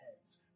heads